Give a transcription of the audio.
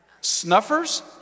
Snuffers